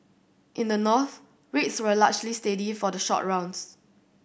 in the north rates were largely steady for the short rounds